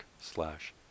slash